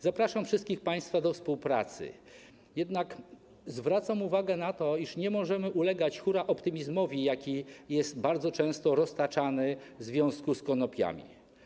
Zapraszam wszystkich państwa do współpracy, jednak zwracam uwagę na to, iż nie możemy ulegać hurraoptymizmowi, jaki jest bardzo często roztaczany w związku z konopiami.